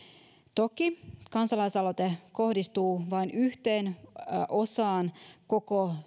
toki kansalaisaloite kohdistuu vain yhteen osaan koko